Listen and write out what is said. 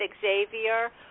Xavier